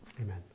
Amen